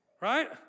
Right